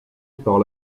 par